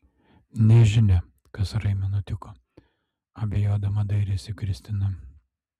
nežinia kas raimiui nutiko abejodama dairėsi kristina